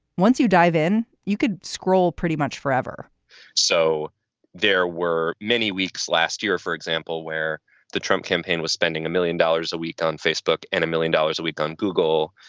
once you dive in, you could scroll pretty much forever so there were many weeks last year for example, where the trump campaign was spending a million dollars a week on facebook and a million dollars a week on google,